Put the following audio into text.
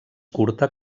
curta